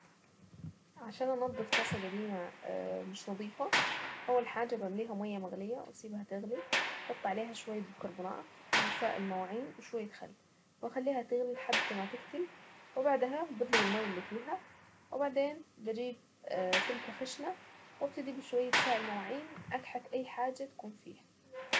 عشان انضف طاسة قديمة مش نضيفة اول حاجة بمليها مية مغلية واسيبها تغلي احط عليها شوية بيكربونات وسائل المواعين وشوية خل واخليها تغلي لحد ما تقفل وبعدها بدلق الماية اللي فيها وبعدين بسلكة خشنة وابتدي ادعك فيها بشوية سائل مواعين اي حاجة تكون فيها.